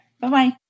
Bye-bye